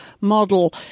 model